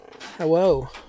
Hello